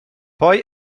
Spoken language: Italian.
poi